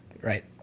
right